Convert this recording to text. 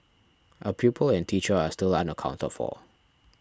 a pupil and teacher are still unaccounted for